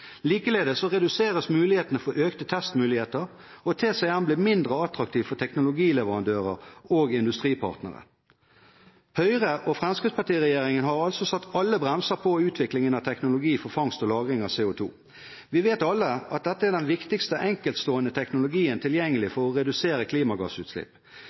Likeledes reduseres mulighetene for økte testmuligheter, og TCM blir mindre attraktiv for teknologileverandører og industripartnere. Høyre–Fremskrittsparti-regjeringen har altså satt alle bremser på utviklingen av teknologi for fangst og lagring av CO2. Vi vet alle at dette er den viktigste enkeltstående teknologien tilgjengelig for å redusere klimagassutslipp.